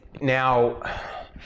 now